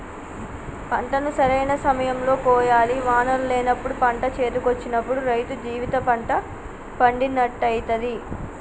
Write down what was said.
పంటను సరైన సమయం లో కోయాలి వానలు లేనప్పుడు పంట చేతికొచ్చినప్పుడు రైతు జీవిత పంట పండినట్టయితది